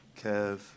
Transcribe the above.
Kev